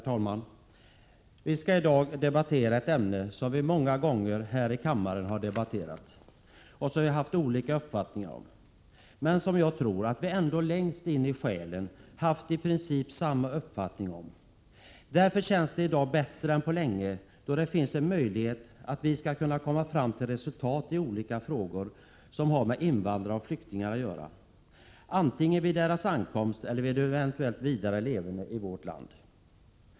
Herr talman! Vi skall i dag debattera ett ämne som vi många gånger här i kammaren har debatterat och som vi haft olika uppfattningar om men som jag tror att vi ändå längst in i själen haft i princip samma uppfattning om. Därför känns det i dag bättre än på länge, då det finns en möjlighet att vi skall kunna komma fram till resultat i olika frågor som har med invandrare och flyktingar att göra vid deras ankomst eller vid eventuell vidare levnad i vårt land.